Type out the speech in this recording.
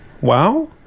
wow